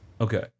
Okay